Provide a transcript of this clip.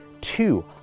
two